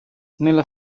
nella